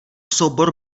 soubor